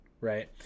Right